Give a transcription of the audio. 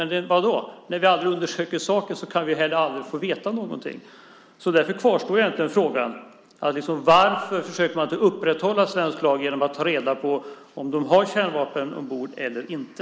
Men när vi aldrig undersöker saken kan vi aldrig heller få veta någonting. Därför kvarstår frågan: Varför försöker man inte upprätthålla svensk lag genom att ta reda på om fartygen har kärnvapen ombord eller inte?